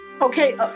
okay